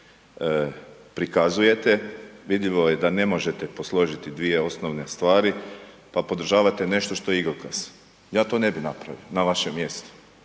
prikazujete. Vidljivo je da ne možete posložiti dvije osnovne stvari pa podržavate nešto što je igrokaz. Ja to ne bi napravio na vašem mjestu,